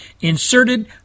inserted